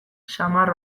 samar